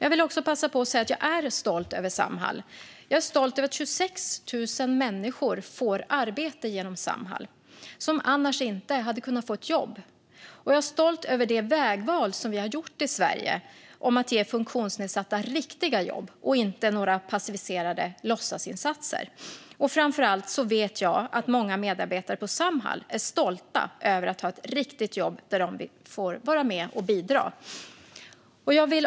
Jag vill också passa på att säga att jag är stolt över Samhall. Jag är stolt över att 26 000 människor som annars inte hade kunnat få ett jobb får arbete genom Samhall, och jag är stolt över det vägval som vi har gjort i Sverige om att ge funktionsnedsatta riktiga jobb och inte några passiviserande låtsasinsatser. Framför allt vet jag att många medarbetare på Samhall är stolta över att ha ett riktigt jobb där de får vara med och bidra.